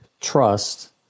trust